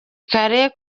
kare